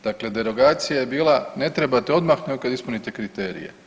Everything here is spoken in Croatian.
Dakle, derogacija je bila ne trebate odmah nego kad ispunite kriterije.